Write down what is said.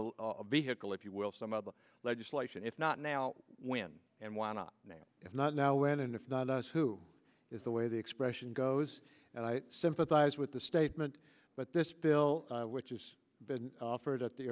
the vehicle if you will some of the legislation if not now when and why not now if not now when and if not us who is the way the expression goes and i sympathize with the statement but this bill which has been offered at the